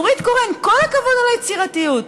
נורית קורן, כל הכבוד על היצירתיות.